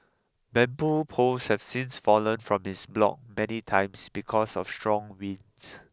bamboo poles have since fallen from his block many times because of strong winds